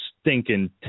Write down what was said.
stinking